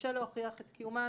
קשה להוכיח את קיומה,